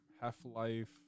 Half-Life